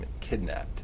kidnapped